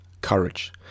courage